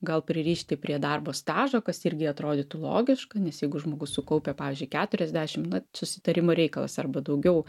gal pririšti prie darbo stažo kas irgi atrodytų logiška nes jeigu žmogus sukaupia pavyzdžiui keturiasdešimt na susitarimo reikalas arba daugiau